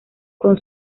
con